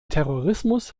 terrorismus